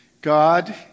God